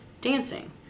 dancing